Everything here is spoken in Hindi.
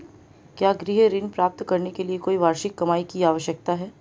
क्या गृह ऋण प्राप्त करने के लिए कोई वार्षिक कमाई की आवश्यकता है?